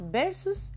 versus